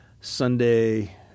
sunday